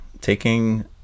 taking